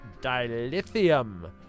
dilithium